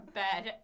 bed